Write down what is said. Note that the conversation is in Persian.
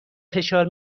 فشار